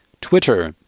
Twitter